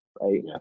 right